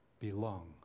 belong